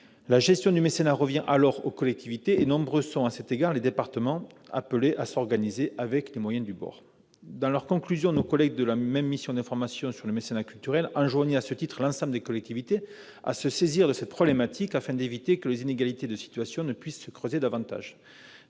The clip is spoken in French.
La gestion du mécénat revient alors aux collectivités et nombreux sont les départements qui sont appelés à s'organiser avec les moyens du bord ... Dans leurs conclusions, nos collègues de la mission d'information sur le mécénat culturel invitaient à ce titre l'ensemble des collectivités à se saisir de cette problématique afin d'éviter que les inégalités ne se creusent davantage.